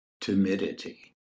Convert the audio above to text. timidity